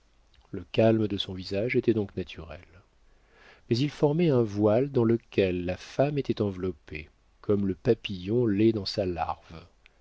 le calme de son visage était donc naturel mais il formait un voile dans lequel la femme était enveloppée comme le papillon l'est dans sa larve